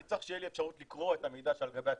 אני צריך שתהיה לי האפשרות לקרוא את המידע שעל גבי התעודה.